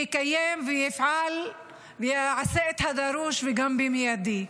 יקיים, יפעל ויעשה את הדרוש, וגם במיידי.